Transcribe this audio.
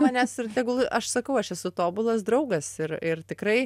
manęs ir tegul aš sakau aš esu tobulas draugas ir ir tikrai